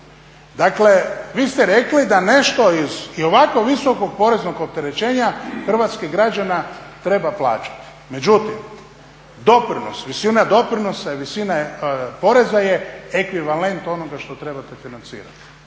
Dakle, vi ste rekli da nešto iz i ovako visokog poreznog opterećenja hrvatskih građana treba plaćati. Međutim, doprinos, visina doprinosa i visina poreza je ekvivalent onoga što trebate financirati.